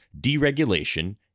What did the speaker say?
Deregulation